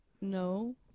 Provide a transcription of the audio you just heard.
No